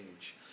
Age